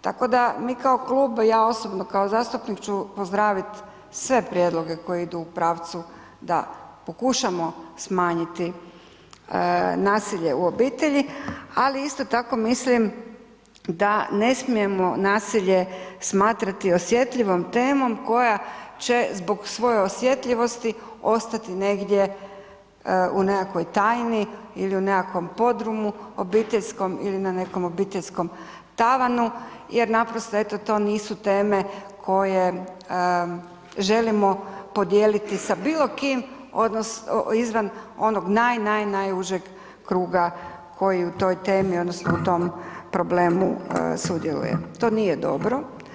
tako da mi kao klub, ja osobno kao zastupnik ću pozdravit sve prijedloge koji idu u pravcu da pokušamo smanjiti nasilje u obitelji, ali isto tako mislim da ne smijemo nasilje smatrati osjetljivom temom koja će zbog svoje osjetljivosti ostati negdje u nekakvoj tajni ili u nekakvom podrumu obiteljskom ili na nekom obiteljskom tavanu jer naprosto eto to nisu teme koje želimo podijeliti sa bilo kim izvan onog naj, naj, najužeg kruga koji u toj temi odnosno u tom problemu sudjeluje, to nije dobro.